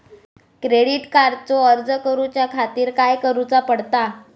Credit कार्डचो अर्ज करुच्या खातीर काय करूचा पडता?